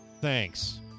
Thanks